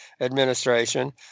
administration